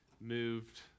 moved